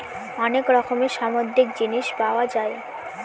অনেক রকমের সামুদ্রিক জিনিস পাওয়া যায়